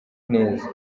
neza